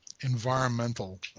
environmental